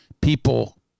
people